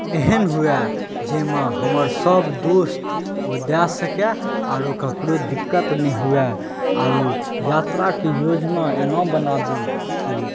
एहन हुए जाहिमे हमर सभ दोस्त जा सकै आरो ककरो दिक्कत नहि हुए आरो यात्राके योजना एना बनाबी कि